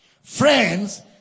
Friends